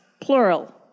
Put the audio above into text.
plural